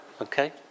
okay